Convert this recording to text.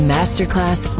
Masterclass